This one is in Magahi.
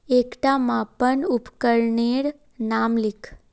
एकटा मापन उपकरनेर नाम लिख?